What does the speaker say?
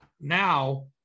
now